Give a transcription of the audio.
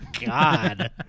God